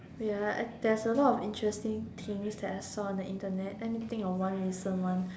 wait ah there's a lot of interesting things that I saw on the Internet let me think of one recent one